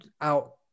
out